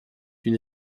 une